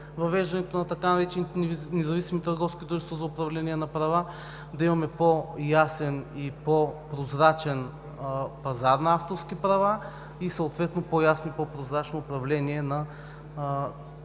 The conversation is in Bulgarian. въвеждането на така наречените „независими търговски дружества за управление на права“, да имаме по-ясен и по-прозрачен пазар на авторски права и съответно по-ясно и по-прозрачно управление на